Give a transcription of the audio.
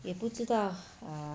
也不知道 err